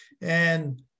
And-